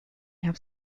have